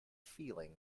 feeling